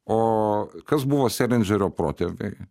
o kas buvo selindžerio protėviai